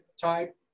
type